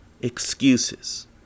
excuses